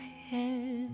head